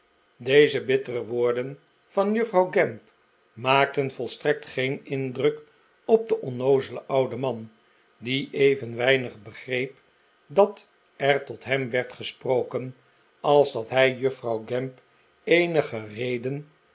deze bittere woorden van juffrouw gamp maakten volstrekt geen indruk op den onnoozelen ouden man die even weinig begreep dat er tot hem werd gesproken als dat hij juffrouw gamp eenige reden